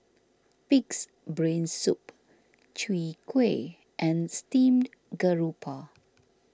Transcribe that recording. Pig's Brain Soup Chwee Kueh and Steamed Garoupa